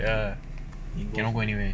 ya cannot go anywhere